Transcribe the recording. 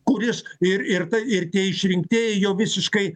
kuris ir ir ir tie išrinktieji jau visiškai